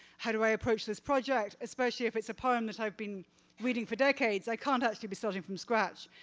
how do i approach this project, especially if it's a poem that i've been reading for decades? i can't actually be starting from scratch,